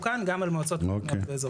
כאן גם עלה רשויות המקומיות והאזוריות.